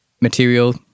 Material